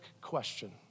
question